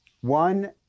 One